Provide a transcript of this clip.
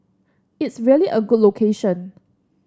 it's really a good location